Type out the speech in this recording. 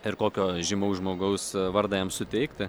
ir kokio žymaus žmogaus vardą jam suteikti